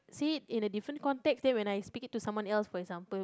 see it in a different context then when I speak it to someone else for example